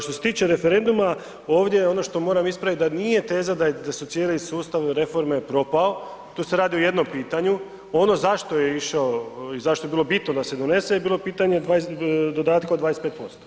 Što se tiče referenduma, ovdje ono što moram ispraviti da nije teza da su cijeli sustav reforme propao, tu se radi o jednom pitanju, ono zašto je išao i zašto je bilo bitno da se donese je bilo pitanje dodatka od 25%